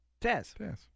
Taz